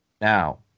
now